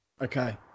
Okay